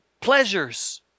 pleasures